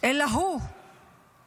אלא הוא בעצמו.